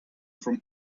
from